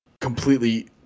completely